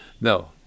No